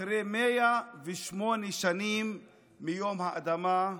אחרי 108 שנים מיום האדמה,